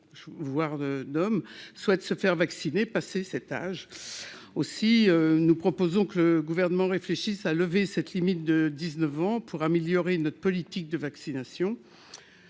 voir de d'hommes souhaitent se faire vacciner, passé cet âge, aussi nous proposons que le gouvernement réfléchisse à lever cette limite de 19 ans pour améliorer notre politique de vaccination,